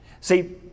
See